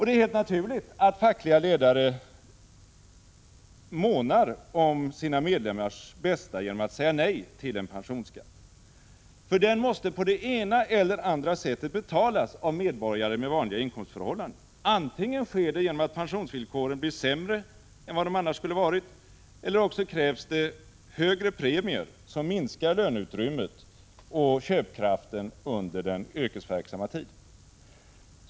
Det är helt naturligt att fackliga ledare månar om sina medlemmar genom att säga nej till en pensionsskatt. Den måste på ena eller andra sättet betalas av medborgare med vanliga inkomstförhållanden. Antingen sker det genom att pensionsvillkoren blir sämre än de annars skulle ha varit, eller också krävs det högre premier som minskar löneutrymmet och köpkraften under den yrkesverksamma tiden.